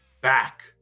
back